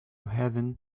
heaven